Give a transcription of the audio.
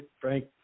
Frank